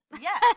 Yes